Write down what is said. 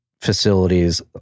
facilities